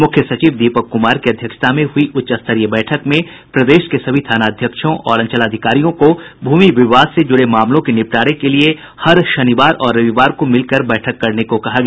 मुख्य सचिव दीपक कुमार की अध्यक्षता में हुई उच्चस्तरीय बैठक में प्रदेश के सभी थाना अध्यक्षों और अंचलाधिकारियों भूमि विवाद से जुड़े मामलों के निपटारे के लिए हर शनिवार और रविवार को मिलकर बैठक करने को कहा गया